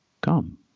come